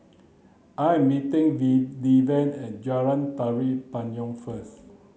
I am meeting D Deven at Jalan Tari Payong first